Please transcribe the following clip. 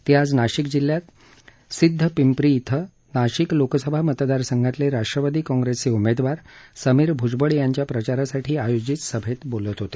ते आज नाशिक जिल्ह्यात सिध्दपिंप्री इथं नाशिक लोकसभा मतदार संघातले राष्टवादी काँग्रेसचे उमेदवार समीर भ्जबळ यांच्या प्रचारासाठी आयोजित सभेत बोलत होते